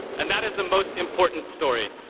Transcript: and that is the most important story,